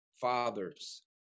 fathers